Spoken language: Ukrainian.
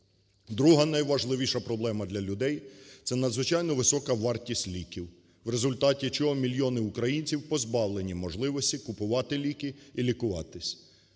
Друга найважливіша проблема для людей – це надзвичайно висока вартість ліків, в результаті чого мільйони українців позбавлені можливості купувати ліки і лікуватись.